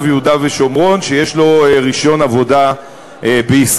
יהודה ושומרון שיש לו רישיון עבודה בישראל.